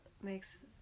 makes